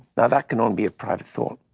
that can all be a private thought.